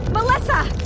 melissa